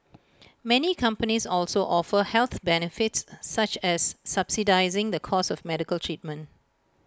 many companies also offer health benefits such as subsidising the cost of medical treatment